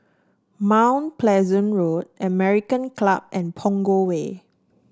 Mount Pleasant Road American Club and Punggol Way